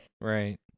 Right